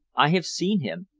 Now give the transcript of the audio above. i have seen him,